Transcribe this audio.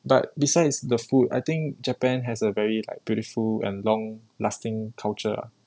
but besides the food I think japan has a very like beautiful and long lasting culture ah